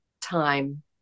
time